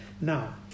Now